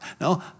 No